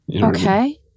okay